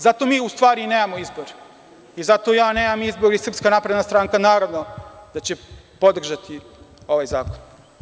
Zato mi u stvari nemamo izbor i zato ja nemam izbor i SNS naravno da će podržati ovaj zakon.